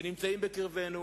שנמצאים בקרבנו,